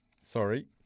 Sorry